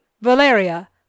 Valeria